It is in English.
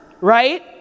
right